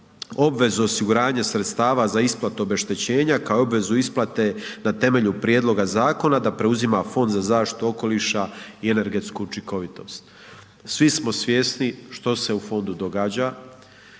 obvezu osiguranja sredstava za isplatu obeštećenja kao i obvezu isplate na temelju prijedloga zakona da preuzima Fond za zaštitu okoliša i energetsku učinkovitost. Svi smo svjesni što se u fondu događa,